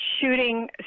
shooting